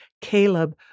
Caleb